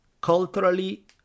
Culturally